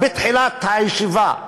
בתחילת הישיבה,